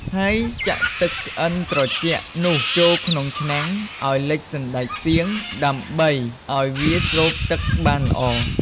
ហើយចាក់ទឹកឆ្អិនត្រជាក់នោះ ចូលក្នុងឆ្នាំងឱ្យលិចសណ្ដែកសៀង ដើម្បីឱ្យវាស្រូបទឹកបានល្អ។